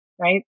right